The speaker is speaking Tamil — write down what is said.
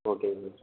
ஓகேங்க சார்